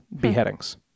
beheadings